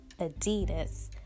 Adidas